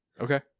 Okay